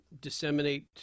disseminate